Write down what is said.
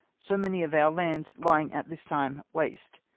so many of our lands lying at this time waste.